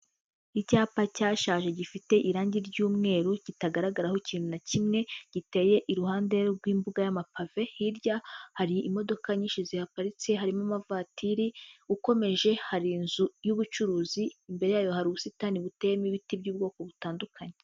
Icyapa cyashaje gifite irangi ry'umweru, kitagaragaraho ikintu na kimwe, giteye iruhande rw'imbuga y'amapave, hirya hari imodoka nyinshi zihaparitse, harimo amavatiri, ukomeje hari inzu y'ubucuruzi imbere yayo, hari ubusitani buteyemo ibiti by'ubwoko butandukanye.